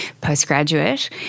postgraduate